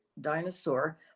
dinosaur